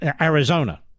Arizona